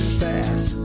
fast